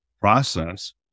process